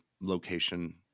location